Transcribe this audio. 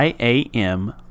iam